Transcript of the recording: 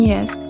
Yes